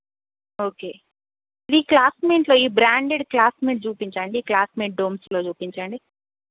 okay మీ క్లాస్మెంట్లో ఈ బ్రాండెడ్ క్లాస్మెట్ చూపించండి క్లాస్మెట్ డ్రోమ్స్లో చూపించండి